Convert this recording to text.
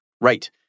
Right